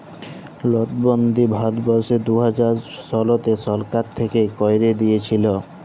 লটবল্দি ভারতবর্ষে দু হাজার শলতে সরকার থ্যাইকে ক্যাইরে দিঁইয়েছিল